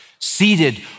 seated